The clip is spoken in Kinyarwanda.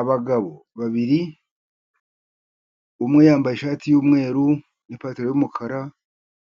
Abagabo babiri umwe yambaye ishati y'umweru n'ipantaro y'umukara.